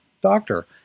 doctor